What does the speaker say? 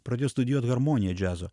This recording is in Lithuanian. pradėjau studijuot harmoniją džiazo